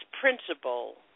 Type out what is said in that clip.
principle